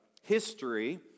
history